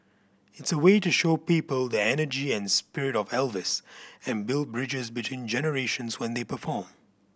it's a way to show people the energy and spirit of Elvis and build bridges between generations when they perform